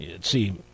See